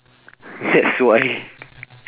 that's why